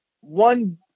one